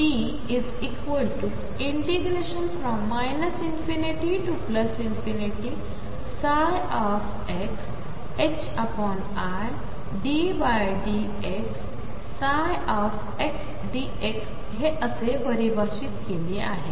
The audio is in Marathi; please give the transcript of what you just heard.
म्हणून मी ⟨p⟩ ∞ xiddx ψdx हे असे परिभाषित केले आहे